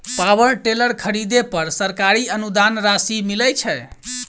Power tiller खरीदे पर सरकारी अनुदान राशि मिलय छैय?